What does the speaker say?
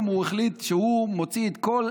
היום הוא החליט שהוא מוציא את כל,